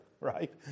right